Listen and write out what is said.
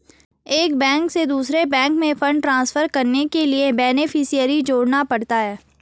एक बैंक से दूसरे बैंक में फण्ड ट्रांसफर करने के लिए बेनेफिसियरी जोड़ना पड़ता है